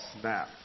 snap